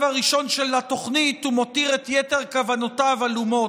הראשון של התוכנית ומותיר את יתר כוונותיו עלומות.